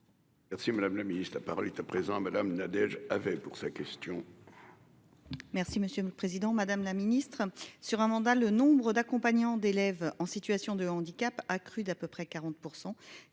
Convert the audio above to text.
Merci, madame la Ministre, la parole est à présent madame Nadège avait pour sa question.